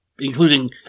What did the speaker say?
Including